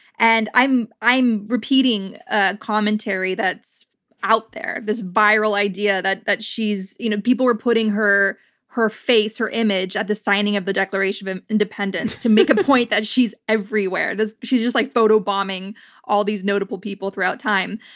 and i'm i'm repeating a commentary that's out there. this viral idea that that she's. you know people were putting her her face, her image, at the signing of the declaration of and independence to make a point that she's everywhere. she's just like photobombing all these notable people throughout time.